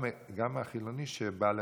גם החילוני שבא להייטק,